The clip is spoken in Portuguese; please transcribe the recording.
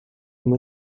uma